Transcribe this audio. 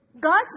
God's